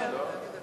לא.